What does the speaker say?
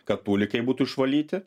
kad tulikai būtų išvalyti